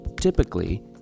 Typically